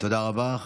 תודה רבה.